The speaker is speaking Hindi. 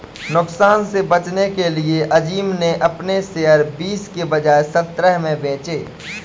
नुकसान से बचने के लिए अज़ीम ने अपने शेयर बीस के बजाए सत्रह में बेचे